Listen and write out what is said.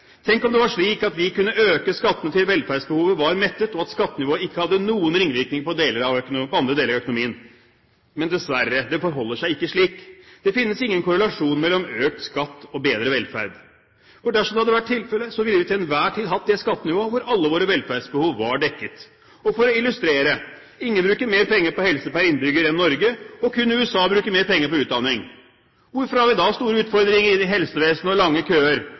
Tenk om det var slik at vi kunne øke skattene til velferdsbehovet var mettet, og at skattenivået ikke hadde noen ringvirkninger for andre deler av økonomien? Men, dessverre, det forholder seg ikke slik. Det finnes ingen korrelasjon mellom økt skatt og bedre velferd. For dersom det hadde vært tilfellet, ville vi til enhver tid hatt det skattenivået hvor alle våre velferdsbehov var dekket. Og for å illustrere: Ingen bruker mer penger på helse per innbygger enn Norge, og kun USA bruker mer penger på utdanning. Hvorfor har vi da store utfordringer i helsevesenet og lange køer?